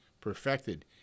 perfected